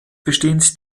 besteht